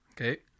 Okay